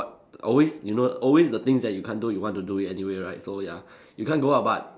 always you know always the things that you can't do you want to do it anyway right so ya you can't go out but